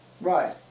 Right